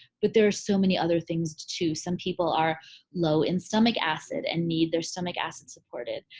but there are so many other things too. some people are low in stomach acid and need their stomach acid supported.